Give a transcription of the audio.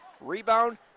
Rebound